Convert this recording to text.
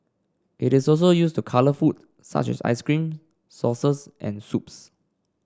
it is also used to colour food such as ice cream sauces and soups